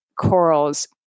corals